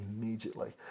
immediately